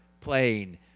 playing